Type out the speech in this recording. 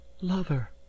lover